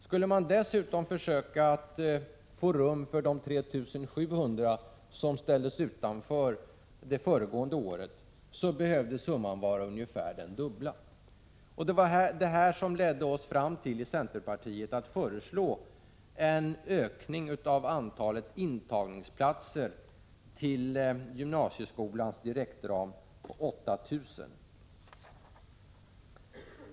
Skulle man dessutom försöka få rum för de 3 700 som ställts utanför föregående år behövde summan vara ungefär den dubbla. Det ledde oss i centerpartiet till slutsatsen att det behövdes en ökning av antalet intagningsplatser inom gymnasieskolans direktram med 8 000.